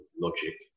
logic